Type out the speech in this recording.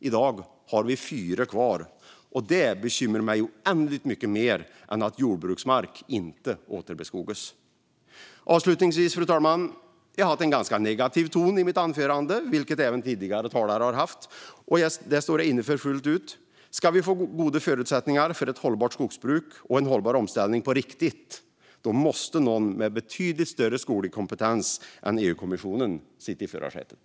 I dag har vi fyra kvar. Det bekymrar mig oändligt mycket mer än att jordbruksmark inte återbeskogas. Fru talman! Jag har haft en ganska negativ ton i mitt anförande, vilket även tidigare talare har haft. Det står jag för fullt ut. Ska vi få goda förutsättningar för ett hållbart skogsbruk och en hållbar omställning på riktigt måste någon med betydligt större skoglig kompetens än EU-kommissionen sitta i förarsätet.